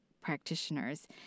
practitioners